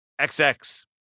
XX